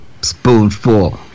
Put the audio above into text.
spoonful